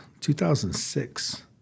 2006